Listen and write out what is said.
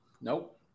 Nope